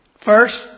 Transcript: First